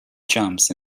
jumps